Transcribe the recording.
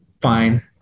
fine